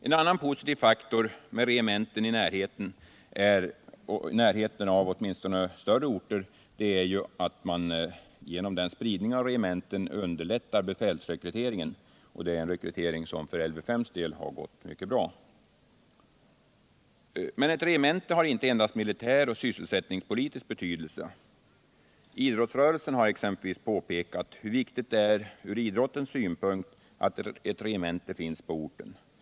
En annan positiv faktor med regementen i närheten av åtminstone större orter är att det underlättar befälsrekryteringen. Det är en rekrytering som gått bra för Lv 5. Men ett regemente har inte endast militär och sysselsättningspolitisk betydelse. Idrottsrörelsen har påpekat hur viktigt det från idrottens synpunkt är att ett regemente finns på orten.